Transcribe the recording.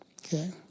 Okay